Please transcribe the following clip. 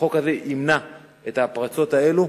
החוק הזה ימנע את הפרצות האלה,